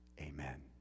Amen